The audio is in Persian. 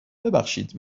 ببخشید